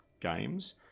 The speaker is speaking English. games